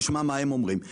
שנשמע מה הם אומרים,